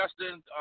Justin